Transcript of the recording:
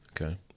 Okay